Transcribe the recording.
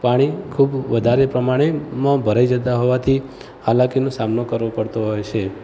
પાણી ખૂબ વધારે પ્રમાણમાં ભરાઈ જતાં હોવાથી હાલાકીનો સામનો કરવો પડતો હોય છે